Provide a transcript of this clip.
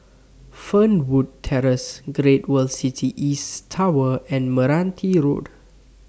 Fernwood Terrace Great World City East Tower and Meranti Road